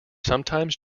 sometimes